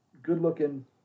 good-looking